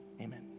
Amen